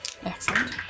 Excellent